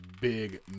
big